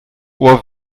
ohr